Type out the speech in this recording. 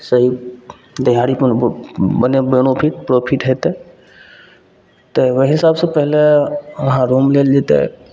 सही दिहाड़ी कोनो मने बेनिफिट प्रॉफिट हेतै तऽ ओहि हिसाबसे पहिले वहाँ रूम लेल जएतै